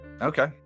Okay